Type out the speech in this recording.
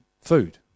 food